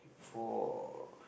for